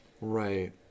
right